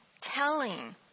telling